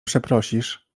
przeprosisz